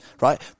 right